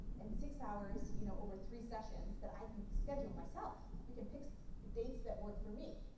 and six hours you know over three sessions that i can schedule myself. we can pick dates that work for me.